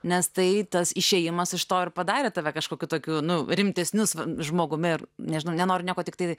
nes tai tas išėjimas iš to ir padarė tave kažkokiu tokiu nu rimtesniu sva žmogumi ir nežinau nenoriu nieko tiktai